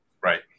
right